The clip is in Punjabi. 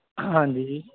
ਹਾਂਜੀ ਜੀ